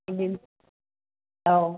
बिदिनो औ